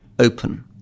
open